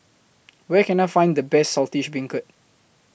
Where Can I Find The Best Saltish Beancurd